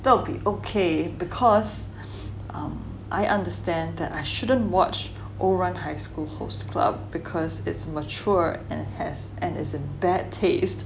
that'll okay because um I understand that I shouldn't watch ouran high school host club because it's mature and has and it's a bad taste